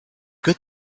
good